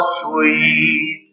sweet